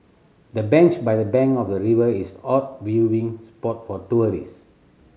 the bench by the bank of the river is out viewing spot for tourist